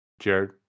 Jared